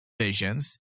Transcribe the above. Visions